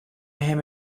him